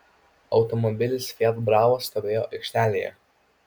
automobilis fiat bravo stovėjo aikštelėje